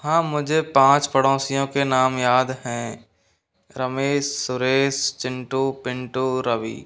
हाँ मुझे पाँच पड़ोसियों के नाम याद हैं रमेश सुरेश चिंटू पिंटू रवि